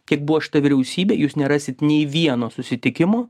kiek buvo šita vyriausybė jūs nerasit nei vieno susitikimo